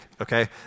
okay